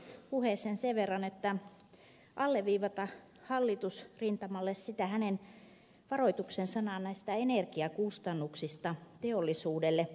karjulan puheeseen sen verran että alleviivaan hallitusrintamalle sitä hänen varoituksen sanaansa näistä energiakustannuksista teollisuudelle